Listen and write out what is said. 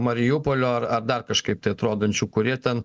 mariupolio ar ar dar kažkaip tai atrodančių kurie ten